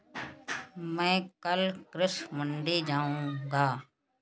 मैं कल कृषि मंडी जाऊँगा